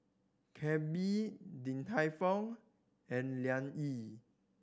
Calbee Din Tai Fung and Liang Yi